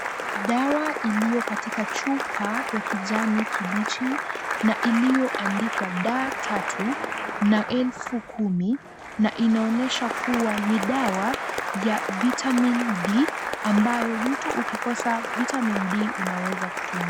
Dawa iliyo katika chupa ya kijani kibichi na iliyoandikwa D tatu na elfu kumi na inaonyesha kuwa ni dawa ya vitamin D ambayo mtu ukikosa vitamin D unaweza kutumia.